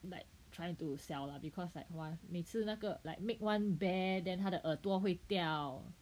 like trying to sell lah because like !wah! 每次那个 like make one bear then 它的耳朵会掉